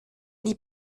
die